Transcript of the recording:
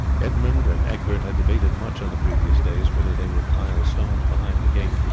edmund and egbert had debated much on the previous days whether they would pile stones behind the gate,